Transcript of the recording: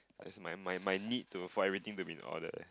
my my my need to for everything to be in order